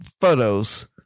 photos